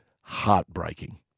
heartbreaking